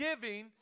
giving